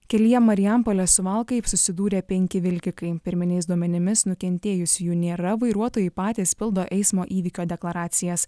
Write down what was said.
kelyje marijampolė suvalkai susidūrė penki vilkikai pirminiais duomenimis nukentėjusiųjų nėra vairuotojai patys pildo eismo įvykio deklaracijas